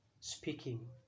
speaking